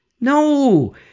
No